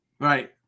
Right